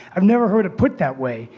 i've never heard it put that way.